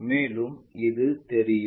மேலும் இது தெரியும்